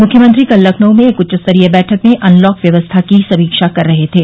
मुख्यमंत्री कल लखनऊ में एक उच्चस्तरीय बैठक में अनलॉक व्यवस्था की समीक्षा कर रहे थे